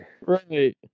right